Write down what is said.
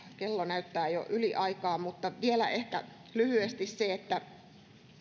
kello näyttää jo yliaikaa mutta vielä ehkä lyhyesti se että